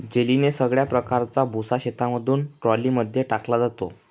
जेलीने सगळ्या प्रकारचा भुसा शेतामधून ट्रॉली मध्ये टाकला जातो